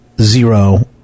zero